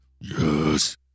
Yes